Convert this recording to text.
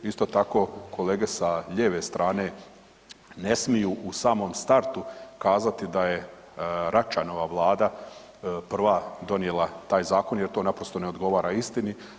Isto tako, kolege sa lijeve strane ne smiju u samom startu kazati da je Račanova Vlada prva donijela taj zakon jer to naprosto ne odgovara istini.